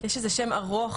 יש לזה שם ארוך,